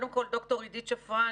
שלום, ד"ר עידית שפרן